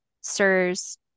SIRS